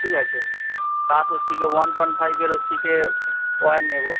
ঠিক আছে প্লাস হচ্ছে গিয়ে ওয়ান পয়েন্ট ফাইভের হচ্ছে গিয়ে নেবো